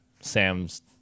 Sam's